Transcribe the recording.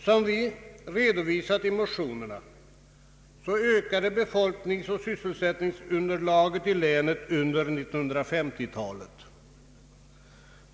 Som vi redovisat i motionerna ökade befolkningsoch sysselsättningsunderlaget i länet under 1950-talet.